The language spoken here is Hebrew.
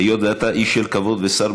היות שאתה איש של כבוד ושר